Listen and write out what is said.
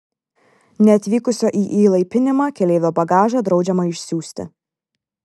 neatvykusio į įlaipinimą keleivio bagažą draudžiama išsiųsti